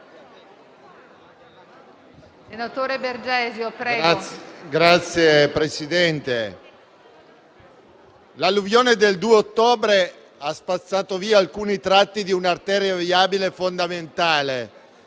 Signor Presidente, l'alluvione del 2 ottobre ha spazzato via alcuni tratti di un'arteria viabile fondamentale